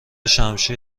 شمشیر